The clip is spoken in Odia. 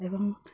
ଏବଂ